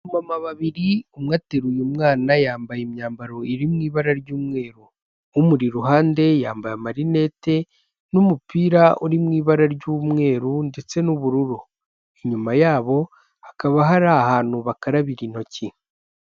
Abamama babiri umwe ateruye umwana yambaye imyambaro iri mu ibara ry'umweru, umuri iruhande yambaye amarinete n'umupira uri mu ibara ry'umweru ndetse n'ubururu, inyuma yabo hakaba hari ahantu bakarabira intoki.